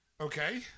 Okay